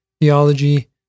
theology